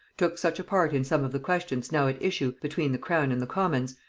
took such a part in some of the questions now at issue between the crown and the commons,